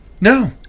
No